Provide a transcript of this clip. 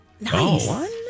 Nice